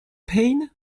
pain